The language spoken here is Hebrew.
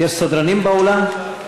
יש סדרנים באולם?